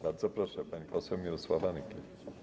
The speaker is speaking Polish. Bardzo proszę, pani poseł Mirosława Nykiel.